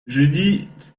judith